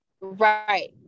Right